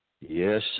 Yes